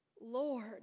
Lord